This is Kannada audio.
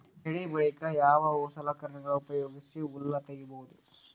ಬೆಳಿ ಬಳಿಕ ಯಾವ ಸಲಕರಣೆಗಳ ಉಪಯೋಗಿಸಿ ಹುಲ್ಲ ತಗಿಬಹುದು?